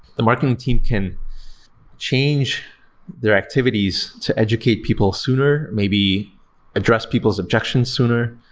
the marketing team can change their activities to educate people sooner, maybe address people's objections sooner.